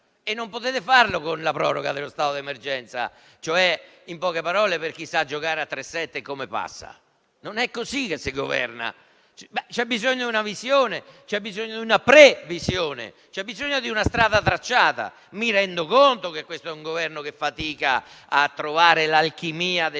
E non potete farlo con la proroga dello stato di emergenza (cioè, in poche parole, per chi sa giocare a tressette, come: passa). Non è così che si governa. C'è bisogno di una visione, di una previsione e di una strada tracciata. Mi rendo conto che questo è un Governo che fatica a trovare l'alchimia della